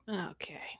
okay